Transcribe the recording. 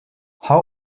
how